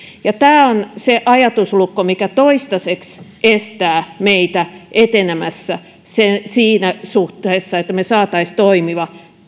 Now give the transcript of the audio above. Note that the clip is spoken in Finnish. tämä on se ajatuslukko mikä toistaiseksi estää meitä etenemästä siinä suhteessa että me saisimme toimivan